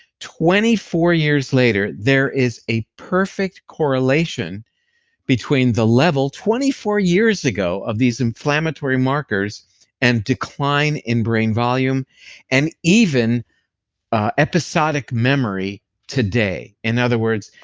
twenty four years later there is a perfect correlation between the level twenty four years ago of these inflammatory markers and decline in brain volume and even episodic memory today. in other words,